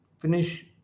finish